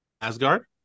Asgard